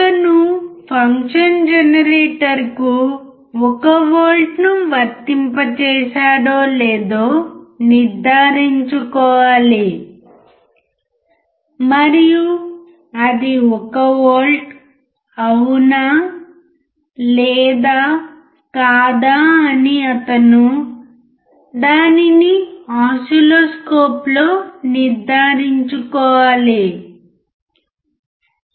అతను ఫంక్షన్ జెనరేటర్కు 1 వోల్ట్ ను వర్తింప చేశాడు లేదో నిర్ధారించుకోవాలి మరియు అది 1 వోల్ట్ అవునా లేదా కాదా అని అతను దానిని ఓసిల్లోస్కోప్లో నిర్ధారించుకోవాలి